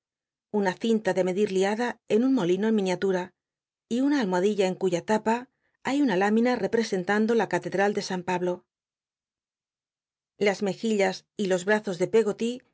una cinta de medir liada en un molino en miniatura y una almohadilla en cuya tapa hay una lámina representando la catedral de san pablo las mejillas y los bazos de peggoty